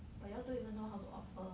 but you all don't even know how to offer